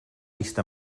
vist